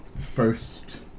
first